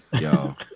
yo